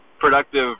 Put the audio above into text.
productive